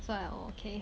so I orh okay